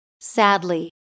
Sadly